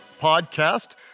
Podcast